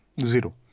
Zero